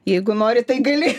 jeigu nori tai gali